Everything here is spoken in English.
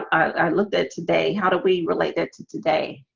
i looked at today. how do we relate that to today?